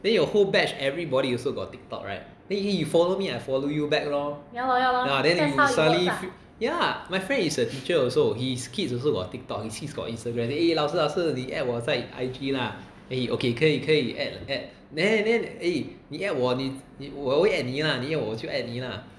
then your whole batch everybody also got Tiktok right they you you follow me I follow you back lor ah then you suddenly feel yeah my friend is a teacher also his kids also got Tiktok his kids got Instagram then they eh 老师老师你 add 我在 I_G lah then he okay 可以可以 add add then then eh 你 add 我你我会 add 你啦你 add 我我就 add 你啦